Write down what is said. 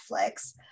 netflix